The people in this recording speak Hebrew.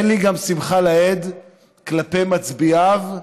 אין בי גם שמחה לאיד כלפי מצביעיו,